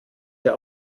der